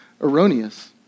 erroneous